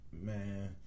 Man